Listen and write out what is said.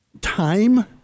time